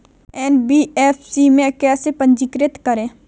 NBFC में कैसे पंजीकृत करें?